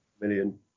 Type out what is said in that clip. million